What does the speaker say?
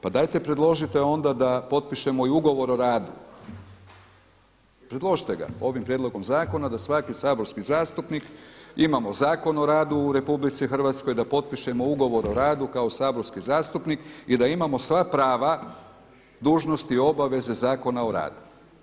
Pa dajte predložite onda da potpišemo i ugovor o radu, predložite ga, ovim prijedlogom zakona da svaki saborski zastupnik, imamo Zakon o radu u RH da potpišemo ugovor o radu kao saborski zastupnik i da imamo sva prava dužnosti i obaveze Zakona o radu.